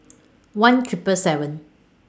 one Triple seven